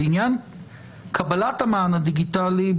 לעניין קבלת המען הדיגיטלי,